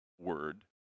word